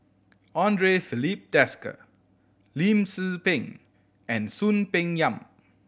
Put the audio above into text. Andre Filipe Desker Lim Tze Peng and Soon Peng Yam